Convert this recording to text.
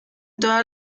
todas